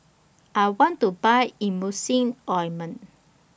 I want to Buy Emulsying Ointment